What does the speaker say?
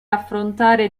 affrontare